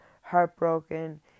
heartbroken